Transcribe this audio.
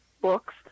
books